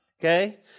okay